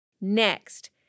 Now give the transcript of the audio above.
Next